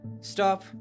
Stop